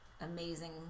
amazing